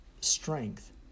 strength